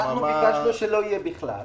אנחנו ביקשנו שלא יהיה בכלל.